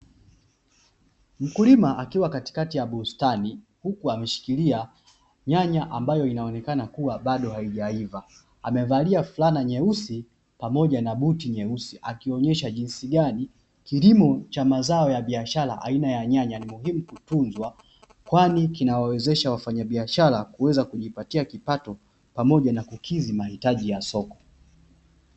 Mkulima akiwa katikati ya bustani huku ameshikilia nyanya ambayo inaonekana kuwa bado haijaiva. Amevalia fulana nyeusi pamoja na buti nyeusi, akionyesha jinsi gani kilimo cha mazao ya biashara aina ya nyanya ni muhimu kutunzwa, kwani kinawawezesha wafanyabiashara kuweza kujipatia kipato pamoja na kukidhi mahitaji ya soko.